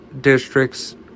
districts